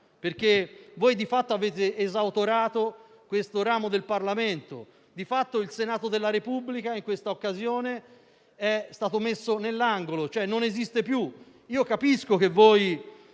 meritata. Voi, di fatto, avete esautorato questo ramo del Parlamento. Di fatto, il Senato della Repubblica in questa occasione è stato messo all'angolo, cioè non esiste più. Capisco che siate